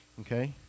Okay